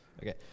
Okay